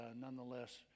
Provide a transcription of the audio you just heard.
nonetheless